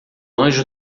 anjo